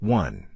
one